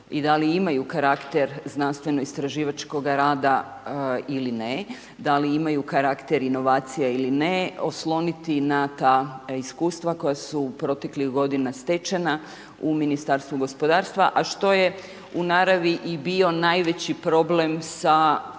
i da li imaju karakter znanstvenoistraživačkog rada ili ne, da li imaju karakter inovacija ili ne osloniti na ta iskustva koja su proteklih godina stečena u Ministarstvu gospodarstva, a što je u naravi i bio najveći problem sa